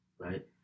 right